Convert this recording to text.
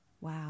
wow